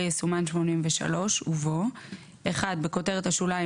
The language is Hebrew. יסומן "83" ובו (1) בכותרת השוליים,